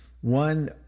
one